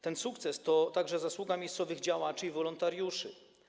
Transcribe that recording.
Ten sukces to także zasługa miejscowych działaczy i wolontariuszy.